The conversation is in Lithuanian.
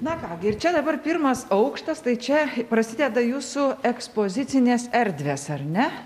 na ką gi ir čia dabar pirmas aukštas tai čia prasideda jūsų ekspozicinės erdvės ar ne